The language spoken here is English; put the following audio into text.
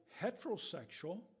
heterosexual